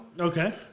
Okay